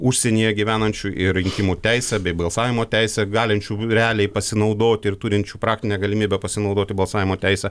užsienyje gyvenančių ir rinkimų teisę bei balsavimo teisę galinčių realiai pasinaudoti ir turinčių praktinę galimybę pasinaudoti balsavimo teise